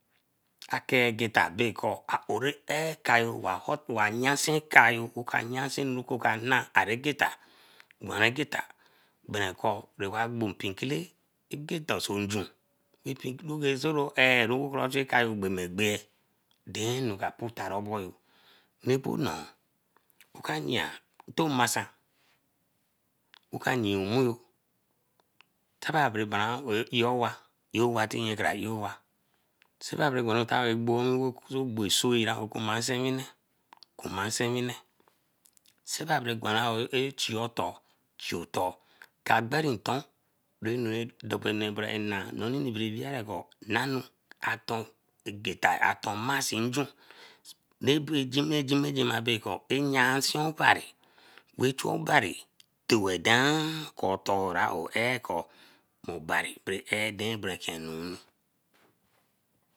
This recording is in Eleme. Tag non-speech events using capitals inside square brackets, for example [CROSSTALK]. Akegeta bakor aowe rae er ekayo wa yanse kayo ewa yansi anu wa yan egeta beren geta berenkor punpikele geta sonjun so ro erru ro chu ekayo gbeme gbea, den anu ka pun taroboyo. Abo noo, kra yea to masan, oka yea emuyo taban a bey baran eyo owa tin nye kra eyeeh owa so that ra barun ton, bae gben osoe nsewine, gbo nsewine, kra bae gben osee chio-otor, chi otoh debonu onee baren nah nonii bereh wereeh kor aton ageta, aton massen ju [HESITATION] bekor e yan si obari wey chun obari towe dan kefor aowe eer kor obari weh chue obari towen ekenteh bae obari eer ke brekenu.